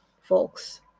folks